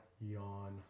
Yawn